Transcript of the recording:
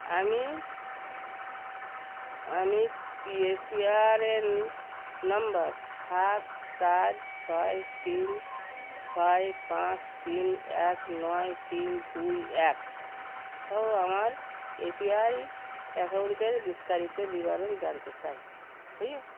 আমি আমি P R N নম্বর সাত চার ছয় তিন ছয় পাঁচ তিন এক নয় তিন দুই একসহ আমার ইউ পি আই অ্যাকাউন্টের বিস্তারিত বিবরণ জানতে চাই